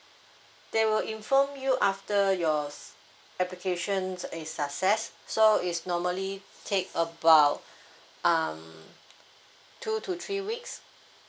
they will inform you after your applications is success so is normally take about um two to three weeks